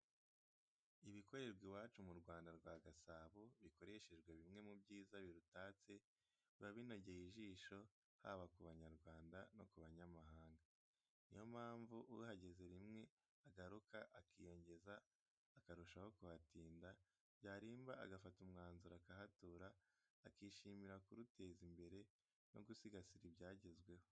Ibikorerwa iwacu mu Rwanda rwa Gasabo, bikoreshejwe bimwe mu byiza birutatse, biba binogoye ijisho, haba ku Banyarwanda no ku banyamahanga. Niyo mpamvu uhageze rimwe agaruka akiyongeza akarushaho kuhatinda, byarimba agafata umwanzuro akahatura, akishimira kuruteza imbere no gusigasira ibyagezweho.